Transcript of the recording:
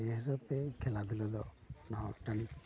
ᱱᱤᱭᱟᱹ ᱦᱤᱸᱥᱟᱹᱵᱽ ᱛᱮ ᱠᱷᱮᱞᱟ ᱫᱷᱩᱞᱟ ᱫᱚ ᱦᱚᱲ ᱴᱷᱮᱱ